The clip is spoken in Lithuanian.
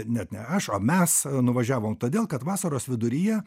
net ne aš o mes nuvažiavom todėl kad vasaros viduryje